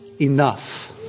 enough